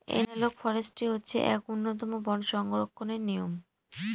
analogue forestry হচ্ছে এক উন্নতম বন সংরক্ষণের নিয়ম